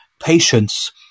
patience